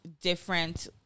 different